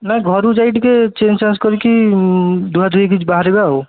ନାଇଁ ଘରୁ ଯାଇ ଟିକିଏ ଚେଞ୍ଜଚାଞ୍ଜ କରିକି ଧୁଆଧୁଇ ହେଇକି ବାହାରିବା ଆଉ